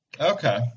Okay